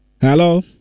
Hello